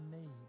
need